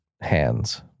hands